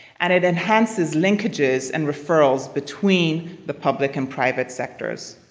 and it enhances linkages and referrals between the public and private sectors.